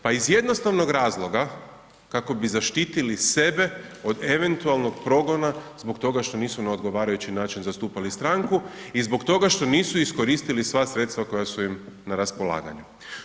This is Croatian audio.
Pa iz jednostavnog razloga kako bi zaštitili sebe od eventualnog progona zbog toga što nosu na odgovarajući način zastupali stranku i zbog toga što nisu iskoristili sva sredstva koja su im na raspolaganju.